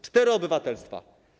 Cztery obywatelstwa.